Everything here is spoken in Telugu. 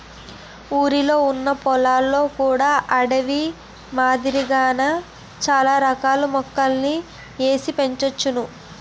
ఊరిలొ ఉన్న పొలంలో కూడా అడవి మాదిరిగా చాల రకాల మొక్కలని ఏసి పెంచోచ్చును